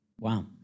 wow